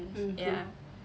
mm true